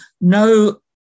no